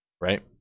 right